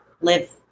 live